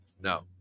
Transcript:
No